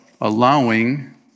Allowing